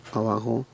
abajo